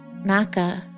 Naka